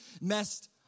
messed